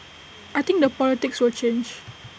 I think the politics will change